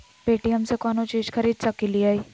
Paytm से कौनो चीज खरीद सकी लिय?